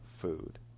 food